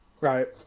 right